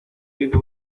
viento